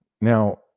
Now